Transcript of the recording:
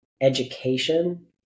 education